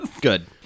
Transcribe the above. Good